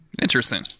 Interesting